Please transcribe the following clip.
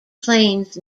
plains